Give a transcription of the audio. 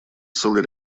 целый